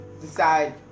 decide